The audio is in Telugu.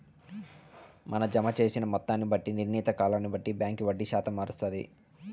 మన జమ జేసిన మొత్తాన్ని బట్టి, నిర్ణీత కాలాన్ని బట్టి బాంకీ వడ్డీ శాతం మారస్తాది